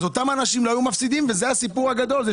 אז אותם אנשים לא היו מפסידים, וזה הסיפור הגדול.